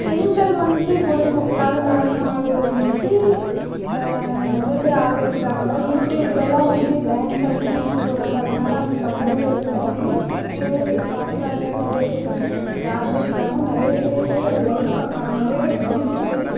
பெண்கள் வந்துட்டு பொழுதுபோக்குக்காக நடனம் ஆடுறது வந்துட்டு நிறைய பேர் ஆதரிக்கிறாங்க யூடூயூப்லெலாம் வந்துட்டு டான்ஸ் ஆடி ரீல்ஸ் போடுறாங்க அதனால அவர்களுக்கு அமௌண்ட் வருது நிறைய வியூவர்ஸ் பார்க்குறாங்க நிறைய பேர் அதை ஆதரிக்கிறாங்க நிறைய பேர் அதை லைக் பண்ணுறாங்க நிறைய பேருக்கு பிடிச்சிருக்கு